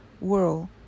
world